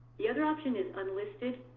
the other option is unlisted,